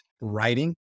writing